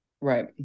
Right